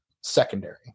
secondary